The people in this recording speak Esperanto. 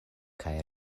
kaj